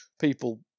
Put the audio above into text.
People